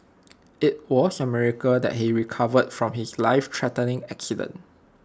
IT was A miracle that he recovered from his lifethreatening accident